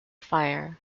fire